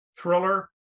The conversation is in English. thriller